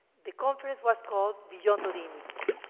the conference was called beyond the limits.